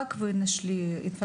תחשבו כמה ילדים מגיעים למדינת ישראל,